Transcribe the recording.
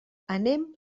anem